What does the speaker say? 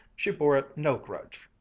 she bore it no grudge.